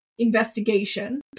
Investigation